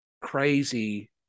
crazy